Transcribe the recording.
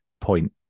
point